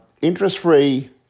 Interest-free